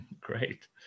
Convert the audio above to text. Great